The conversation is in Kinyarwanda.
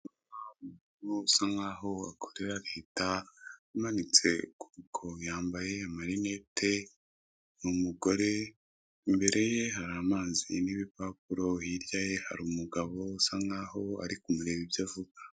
Umuntu usa nk'aho akorera Leta, umanitse ukuboko, yambaye amarinete, ni umugore, imbere ye hari amazi n'ibipapuro, hirya ye hari umugabo usa nk'aho ari kumureba ibyo avuga.